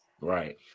Right